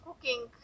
cooking